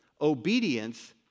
obedience